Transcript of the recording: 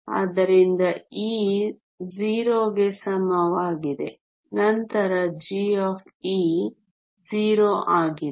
ಆದ್ದರಿಂದ E 0 ಗೆ ಸಮವಾಗಿದೆ ನಂತರ g 0 ಆಗಿದೆ